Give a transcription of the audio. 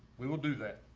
we will do that.